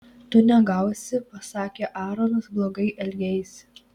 tu negausi pasakė aaronas blogai elgeisi